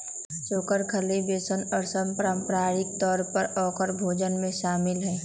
चोकर, खल्ली, बेसन और सब पारम्परिक तौर पर औकर भोजन में शामिल हई